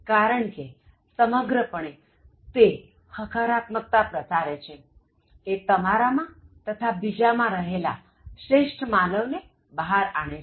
કારણકેસમગ્ર પણે તે હકારાત્મકતા પ્રસારે છે એ તમારા માં તથા બીજા માં રહેલા શ્રેષ્ઠ માનવને બહાર આણે છે